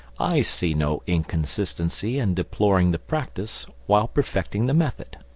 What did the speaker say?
i see no inconsistency in deploring the practice while perfecting the method.